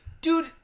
Dude